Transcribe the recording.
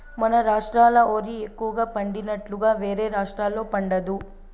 మన రాష్ట్రాల ఓరి ఎక్కువగా పండినట్లుగా వేరే రాష్టాల్లో పండదు